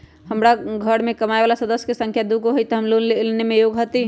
हमार घर मैं कमाए वाला सदस्य की संख्या दुगो हाई त हम लोन लेने में योग्य हती?